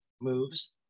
moves